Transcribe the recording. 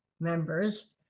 members